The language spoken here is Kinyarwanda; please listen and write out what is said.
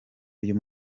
uyu